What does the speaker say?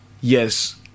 yes